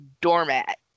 doormat